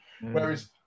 whereas